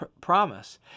promise